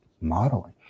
Modeling